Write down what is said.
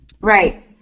Right